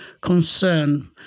concern